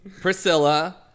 Priscilla